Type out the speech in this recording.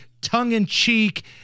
tongue-in-cheek